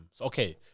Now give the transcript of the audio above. okay